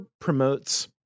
promotes